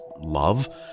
love